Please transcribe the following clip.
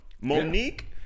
Monique